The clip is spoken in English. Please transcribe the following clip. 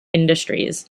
industries